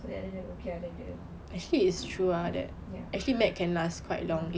then dia okay lah then dia ya